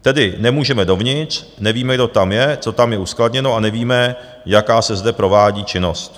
Tedy nemůžeme dovnitř, nevíme, kdo tam je, co tam je uskladněno, a nevíme, jaká se zde provádí činnost.